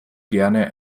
gerne